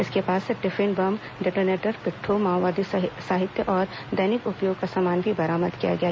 इनके पास से टिफिन बम डेटोनेटर पिट्ठू माओवादी साहित्य और दैनिक उपयोग का सामान भी बरामद किया गया है